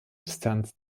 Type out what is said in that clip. distanz